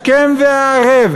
השכם והערב,